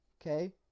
Okay